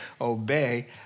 obey